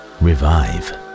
revive